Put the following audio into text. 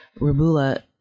Rabula